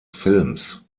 films